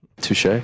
Touche